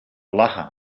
lachen